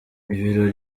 ibirori